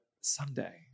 someday